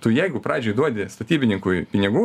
tu jeigu pradžioj duodi statybininkui pinigų